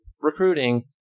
Recruiting